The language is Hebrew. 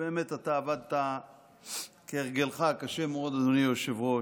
ובאמת אתה עבדת כהרגלך קשה מאוד, אדוני היושב-ראש,